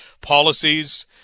policies